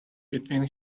between